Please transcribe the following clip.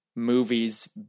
Movies